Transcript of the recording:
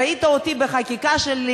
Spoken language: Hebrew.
ראית אותי בחקיקה שלי.